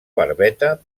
barbeta